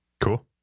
Cool